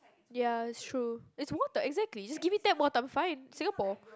ya that's true it's water exactly you just give me tap water I'm fine it's Singapore